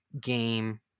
game